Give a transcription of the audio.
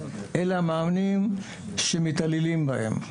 אלה המאמנים שמתעללים בהם.